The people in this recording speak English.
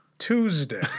Tuesday